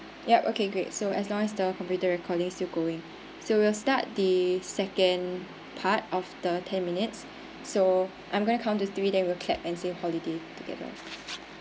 yup okay great so as long as the computer recording still going so we'll start the second part of the ten minutes so I'm gonna count to three then we'll clap and say holiday together